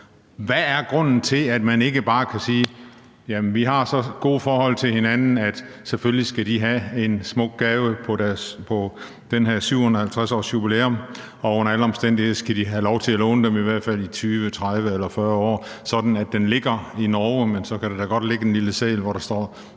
Hvad er grunden til, at man ikke bare kan sige, at vi har så godt et forhold til hinanden, at de selvfølgelig skal have en smuk gave til det her 750-årsubilæum, og under alle omstændigheder skal de have lov til at låne den i i hvert fald 20,30 eller 40 år, sådan at den ligger i Norge, og så kan der da godt ligge en lille seddel, hvor der står,